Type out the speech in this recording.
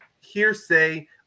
hearsay